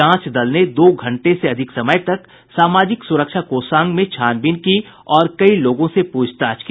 जांच दल ने दो घंटे से अधिक समय तक सामाजिक सुरक्षा कोषांग में छानबीन की और कई लोगों से पूछताछ की